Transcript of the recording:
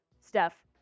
Steph